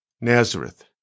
Nazareth